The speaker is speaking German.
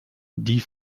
die